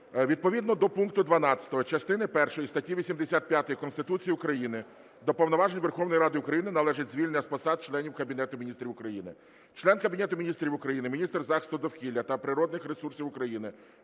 відповідно до пункту 12 частини першої статті 85 Конституції України до повноважень Верховної Ради України належить звільнення з посад членів Кабінету Міністрів України. Член Кабінету Міністрів України - міністр захисту довкілля та природних ресурсів України